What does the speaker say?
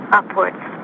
upwards